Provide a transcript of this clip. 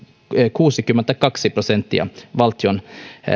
kuusikymmentäkaksi prosenttia valtion